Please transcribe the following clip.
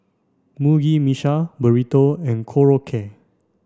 Mugi Meshi Burrito and Korokke